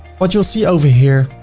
what you'll see over here,